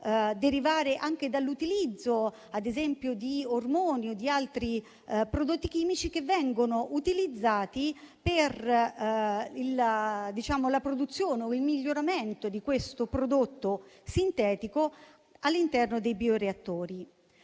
derivare anche dall'utilizzo, ad esempio, di ormoni o di altri prodotti chimici che vengono utilizzati per la produzione o il miglioramento di questo prodotto sintetico all'interno dei bioreattori.